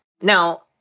Now